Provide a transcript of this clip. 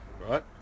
Right